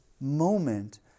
moment